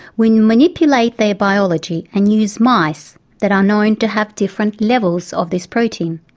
we manipulate their biology and use mice that are known to have different levels of this protein.